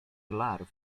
larw